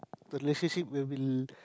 the relationship will be